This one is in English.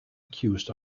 accused